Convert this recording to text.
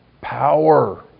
power